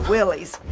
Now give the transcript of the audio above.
Willie's